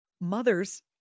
Mothers